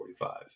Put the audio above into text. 1945